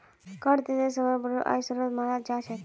कर देशेर सबस बोरो आय स्रोत मानाल जा छेक